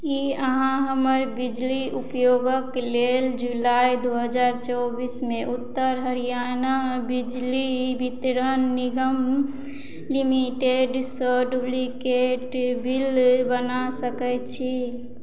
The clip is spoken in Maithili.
की अहाँ हमर बिजली उपयोगक लेल जुलाई दू हजार चौबीसमे उत्तर हरियाणा बिजली वितरण निगम लिमिटेडसँ डुप्लिकेट बिल बना सकय छी